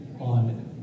on